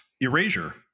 Erasure